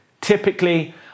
Typically